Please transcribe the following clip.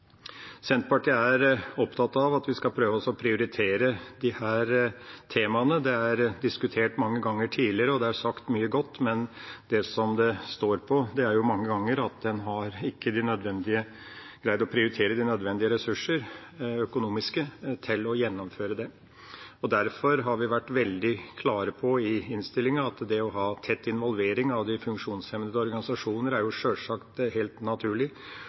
Senterpartiet er opptatt av at vi skal prøve å prioritere disse temaene. Det er diskutert mange ganger tidligere, og det er sagt mye godt, men det som det mange ganger står på, er at en ikke har greid å prioritere de nødvendige økonomiske ressursene til å gjennomføre det. I innstillinga har vi derfor vært veldig klare på at det å ha tett involvering av de funksjonshemmedes organisasjoner sjølsagt er helt naturlig,